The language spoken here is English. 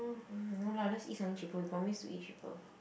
mm no lah let's eat something cheaper we promise to eat cheaper